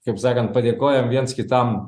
kaip sakant padėkojam viens kitam